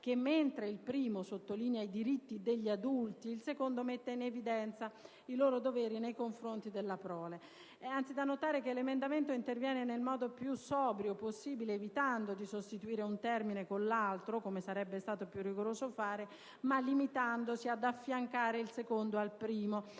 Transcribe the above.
che, mentre il primo sottolinea i diritti degli adulti, il secondo mette in evidenza i loro doveri nei confronti della prole. È anzi da notare che l'emendamento interviene nel modo più sobrio possibile, evitando di sostituire un termine con l'altro - come sarebbe stato più rigoroso fare - ma limitandosi ad affiancare il secondo al primo,